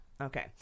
Okay